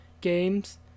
games